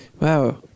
Wow